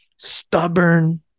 stubborn